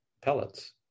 pellets